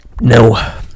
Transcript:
No